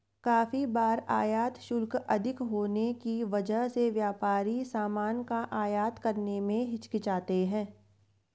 काफी बार आयात शुल्क अधिक होने की वजह से व्यापारी सामान का आयात करने में हिचकिचाते हैं